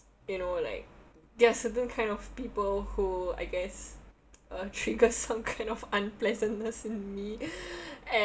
you know like there are certain kind of people who I guess uh trigger some kind of unpleasantness in me and